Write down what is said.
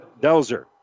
Delzer